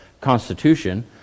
Constitution